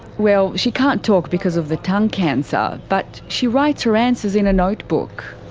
well, she can't talk because of the tongue cancer, but she writes her answers in a notebook.